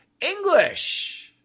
english